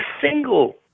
single